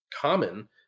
common